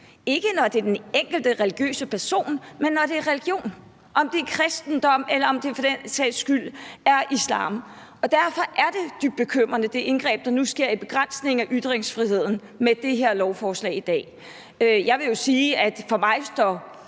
ikke når det er den enkelte religiøse person, men når det er religion, hvad enten det er kristendom eller det for den sags skyld er islam. Derfor er det indgreb, der nu sker i forhold til begrænsningen af ytringsfriheden med det her lovforslag i dag, dybt bekymrende. Jeg vil sige, at for mig står